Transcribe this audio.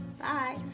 Bye